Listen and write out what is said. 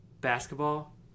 basketball